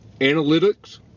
analytics